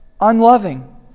Unloving